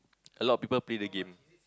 a lot of people play the game